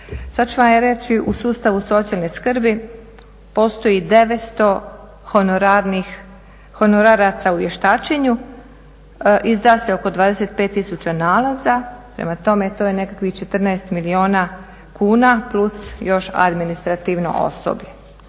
u sustavu socijalne skrbi postoji 900 honoraraca u vještačenju, izda se oko 25 tisuća nalaza. Prema tome, to je nekakvih 14 milijuna kuna plus još administrativno osoblje.